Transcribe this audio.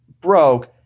broke